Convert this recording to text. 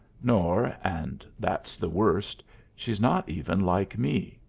nor and that's the worst she's not even like me.